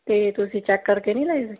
ਅਤੇ ਤੁਸੀਂ ਚੈੱਕ ਕਰਕੇ ਨਹੀਂ ਲਈ ਸੀ